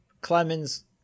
Clemens